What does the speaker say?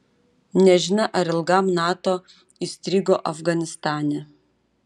nežinia ar ilgam nato įstrigo afganistane